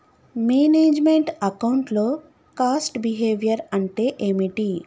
Manage meant account లో cost behaviour అంటే ఏమిటి?